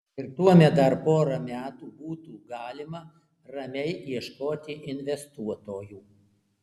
ir tuomet dar porą metų būtų galima ramiai ieškoti investuotojų